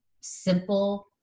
simple